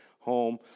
home